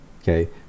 okay